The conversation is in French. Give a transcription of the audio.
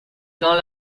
dans